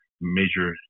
major